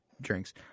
drinks